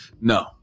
no